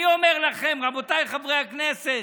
אני אומר לכם, רבותיי חברי הכנסת,